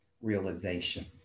realization